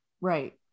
Right